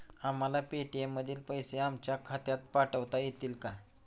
आम्हाला पेटीएम मधील पैसे आमच्या खात्यात पाठवता येतील का?